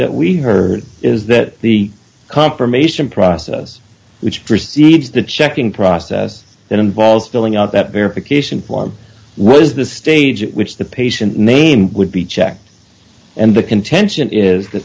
that we heard is that the confirmation process which precedes the checking process that involves filling out that verification form was the stage at which the patient name would be checked and the contention is t